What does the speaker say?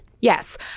Yes